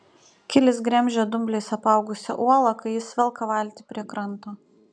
kilis gremžia dumbliais apaugusią uolą kai jis velka valtį prie kranto